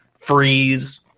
Freeze